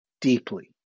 deeply